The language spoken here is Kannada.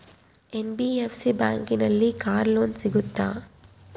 ಎನ್.ಬಿ.ಎಫ್.ಸಿ ಬ್ಯಾಂಕಿನಲ್ಲಿ ಕಾರ್ ಲೋನ್ ಸಿಗುತ್ತಾ?